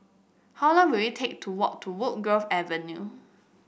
how long will it take to walk to Woodgrove Avenue